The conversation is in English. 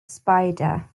spider